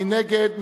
מי נגד?